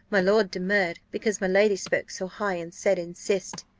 my lord demurred, because my lady spoke so high, and said insist.